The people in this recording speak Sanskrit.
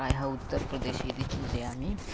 प्रायः उत्तरप्रदेशे इति चिन्तयामि